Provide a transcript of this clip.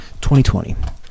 2020